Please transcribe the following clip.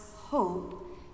hope